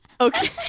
Okay